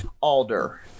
Alder